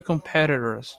competitors